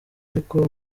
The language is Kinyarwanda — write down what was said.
ariko